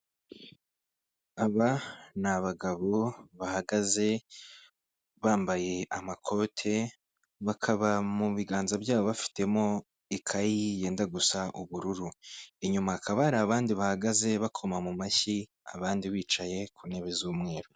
Aba ni abagabo bahagaze bambaye amakoti bakaba mu biganza byabo bafitemo ikayi yenda gusa ubururu, inyuma hakaba hari abandi bahagaze bakoma mu mashyi abandi bicaye ku ntebe z'umweru.